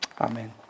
Amen